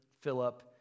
Philip